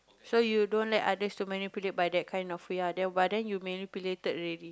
so you don't let others to manipulate by that kind of ya then but then you manipulated already